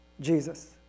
Jesus